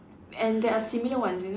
and there are similar ones you know